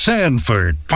Sanford